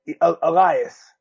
Elias